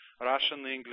Russian-English